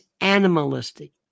animalistic